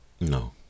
No